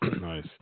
Nice